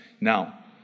Now